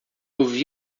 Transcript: ouvi